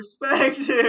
perspective